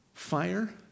Fire